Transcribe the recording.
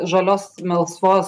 žalios melsvos